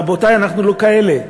רבותי, אנחנו לא כאלה.